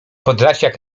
podlasiak